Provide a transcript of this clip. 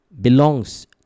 belongs